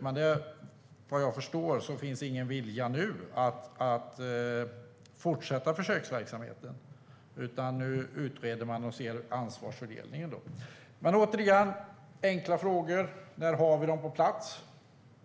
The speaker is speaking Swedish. Såvitt jag förstår finns det nu ingen vilja att fortsätta försöksverksamheten. Nu ska man utreda ansvarsfördelningen. Återigen är mina enkla frågor: När har vi dem på plats?